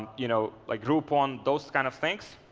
you know like groupon, those kind of things.